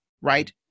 right